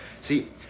See